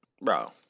bro